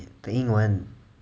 英文